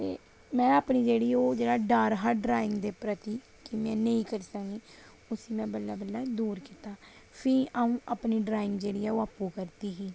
ते में अपनी जेह्ड़ी ओह् डर हां ड्राइगं दे प्रति के नेईं करी सकनी उसी में बल्लें बल्लें दूर कित्ता ते फ्ही अ'ऊं अपनी ड्राइंग जेह्डी ओह् आपूं करदी ही